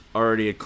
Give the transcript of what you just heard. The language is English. already